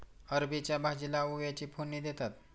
अरबीच्या भाजीला ओव्याची फोडणी देतात